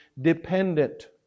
dependent